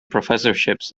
professorships